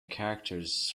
characters